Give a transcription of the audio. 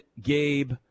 Gabe